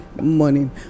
morning